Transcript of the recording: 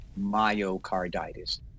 myocarditis